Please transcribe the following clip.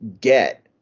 get